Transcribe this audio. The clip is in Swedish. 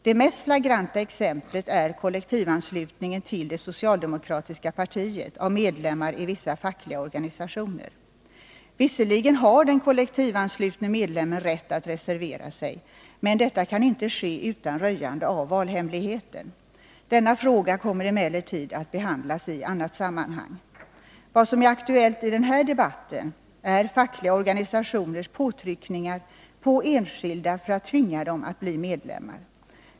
Det mest flagranta exemplet är kollektivanslutningen till det socialdemokratiska partiet av medlemmar i vissa fackliga organisationer. Visserligen har den kollektivanslutne medlemmen rätt att reservera sig, men detta kan inte ske utan röjande av valhemligheten. Denna fråga kommer emellertid att behandlas i annat sammanhang. Vad som är aktuellt i den här debatten är fackliga organisationers påtryckningar på enskilda för att tvinga dem att bli medlemmar.